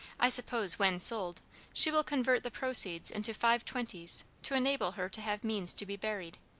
i suppose when sold she will convert the proceeds into five-twenties to enable her to have means to be buried